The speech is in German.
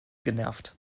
genervt